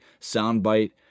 soundbite